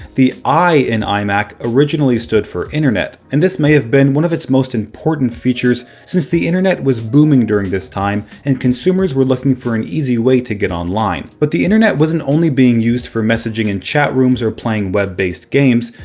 the i in imac originally stood for internet. and this may have been one of its most important features since the internet was booming during this time and consumers were looking for an easy way to get online. but the internet wasn't only being used for messaging in chatrooms, or playing web-based games.